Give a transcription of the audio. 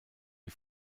wie